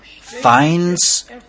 finds